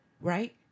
right